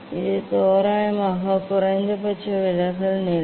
இது தோராயமாக குறைந்தபட்ச விலகல் நிலை